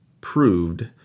proved